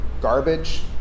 garbage